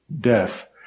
death